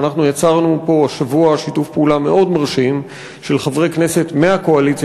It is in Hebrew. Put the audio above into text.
שיצרנו פה השבוע שיתוף פעולה מאוד מרשים של חברי כנסת מהקואליציה